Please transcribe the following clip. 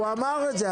הוא אמר את זה,